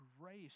grace